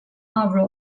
avro